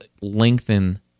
lengthen